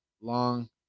long